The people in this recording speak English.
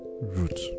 root